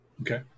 Okay